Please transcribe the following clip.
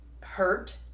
hurt